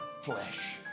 flesh